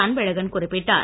அன்பழகன் குறிப்பிட்டார்